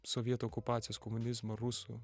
sovietų okupacijos komunizmo rusų